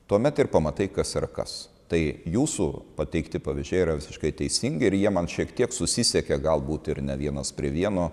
tuomet ir pamatai kas yra kas tai jūsų pateikti pavyzdžiai yra visiškai teisingi ir jie man šiek tiek susisiekė galbūt ir ne vienas prie vieno